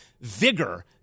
vigor